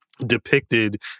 depicted